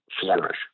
flourish